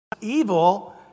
evil